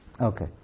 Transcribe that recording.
okay